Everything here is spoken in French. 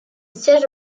siège